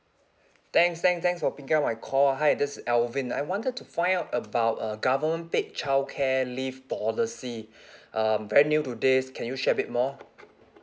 thanks thanks thanks for picking up my call hi this is alvin I wanted to find out about uh government paid childcare leave policy uh brand new to this can you share a bit more